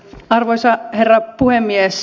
arvoisa herra puhemies